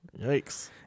Yikes